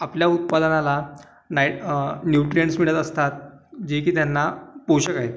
आपल्या उत्पादनाला नाई न्युट्रीयंटस् मिळत असतात जे की त्यांना पोषक आहेत